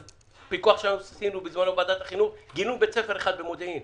בפיקוח שלנו שעשינו בזמנו בוועדת החינוך היה בית ספר במודיעין